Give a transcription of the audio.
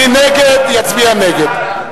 מי שנגד יצביע נגד.